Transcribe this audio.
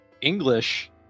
English